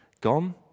Gone